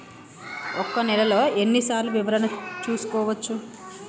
ఒక నెలలో ఎన్ని సార్లు వివరణ చూసుకోవచ్చు?